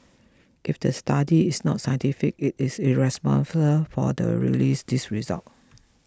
if the study is not scientific it it is irresponsible for the release these results